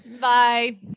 Bye